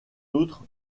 outre